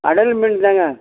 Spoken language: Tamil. கடல்மீன் தாங்க